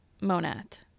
Monat